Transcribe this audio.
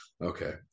Okay